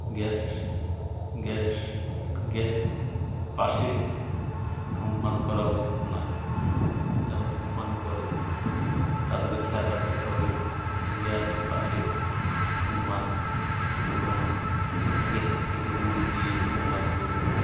gas gas গ্যাসের পাশে ধূমপান করা উচিত নয় যারা ধূমপান করে তাদের খেয়াল রাখতে হবে যে গ্যাসের পাশে ধূমপান করব না গ্যাসের থেকে দূরে যেয়ে ধূমপান করব